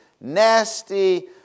nasty